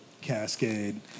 Cascade